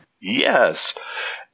Yes